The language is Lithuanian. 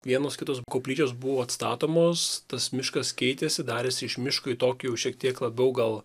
vienos kitos koplyčios buvo atstatomos tas miškas keitėsi darėsi iš miško į tokį jau šiek tiek labiau gal